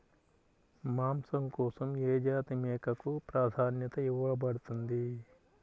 మాంసం కోసం ఏ జాతి మేకకు ప్రాధాన్యత ఇవ్వబడుతుంది?